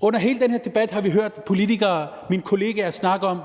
Under hele den her debat har vi hørt politikere, mine kolleger, sige: